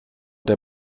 der